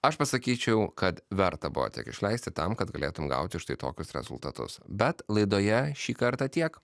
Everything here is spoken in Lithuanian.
aš pasakyčiau kad verta buvo tiek išleisti tam kad galėtum gauti štai tokius rezultatus bet laidoje šį kartą tiek